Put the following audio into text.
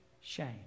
shame